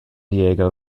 diego